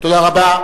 תודה רבה.